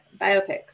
biopics